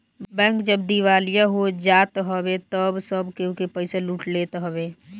bank जब दिवालिया हो जात हवे तअ सब केहू के पईसा लूट लेत हवे